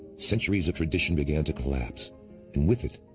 centuries of tradition began to collapse and with it,